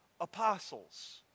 apostles